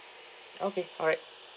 okay alright